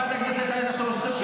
לפי איזה סעיף אתה הורדת אותו?